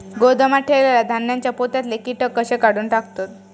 गोदामात ठेयलेल्या धान्यांच्या पोत्यातले कीटक कशे काढून टाकतत?